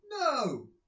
no